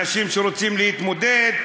אנשים שרוצים להתמודד,